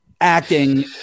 acting